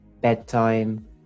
bedtime